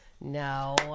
No